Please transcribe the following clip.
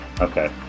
okay